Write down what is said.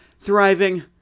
thriving